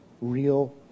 real